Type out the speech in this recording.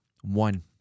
One